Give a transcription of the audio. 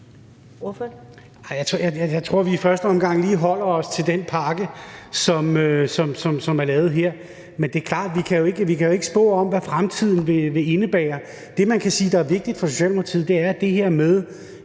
jeg tror, vi i første omgang lige holder os til den pakke, som er lavet her. Men det er klart, at vi jo ikke kan spå om, hvad fremtiden vil indebære. Det, man kan sige er vigtigt for Socialdemokratiet, er det her med,